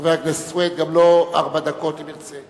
חבר הכנסת סוייד, גם לו ארבע דקות אם ירצה.